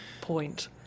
point